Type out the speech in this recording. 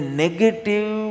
negative